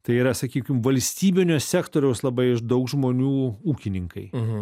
tai yra sakykim valstybinio sektoriaus labai daug žmonių ūkininkai